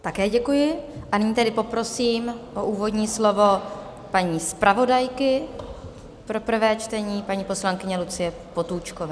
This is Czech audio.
Také děkuji, a nyní tedy poprosím o úvodní slovo paní zpravodajku pro prvé čtení, paní poslankyni Lucii Potůčkovou.